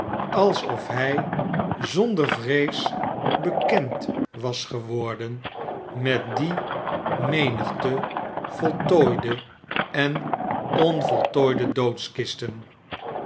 alsof hp zonder vrees bekend was geworden met die menigte voltooide en onvoltooide doodkisten